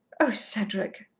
oh, cedric,